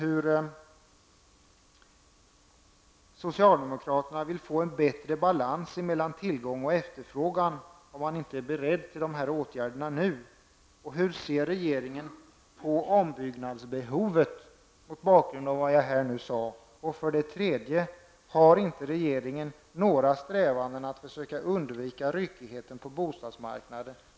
Hur tänker sig socialdemokraterna att få en bättre balans mellan tillgång och efterfrågan om ni inte är beredda att vidta nämnda åtgärder nu? 2. Hur ser regeringen på ombyggnadsbehovet mot bakgrund av vad jag här har nämnt? 3. Har inte regeringen någon strävan när det gäller att försöka undvika ryckighet på bostadsmarknaden?